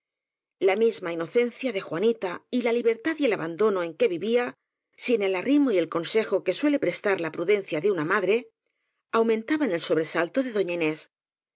la misma inocencia de jua nita y la libertad y el abandono en que vivía sin el arrimo y el consejo que suele prestar la pruden cia de una madre aumentaban el sobresalto de doña inés